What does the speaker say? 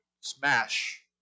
smash